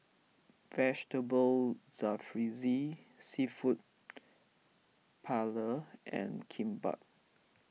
Vegetable Jalfrezi Seafood Paella and Kimbap